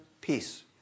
peace